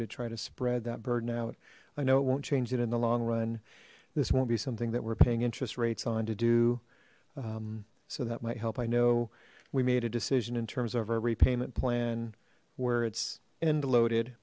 to try to spread that burden out i know it won't change it in the long run this won't be something that we're paying interest rates on to do so that might help i know we made a decision in terms of our repayment plan where it's end loaded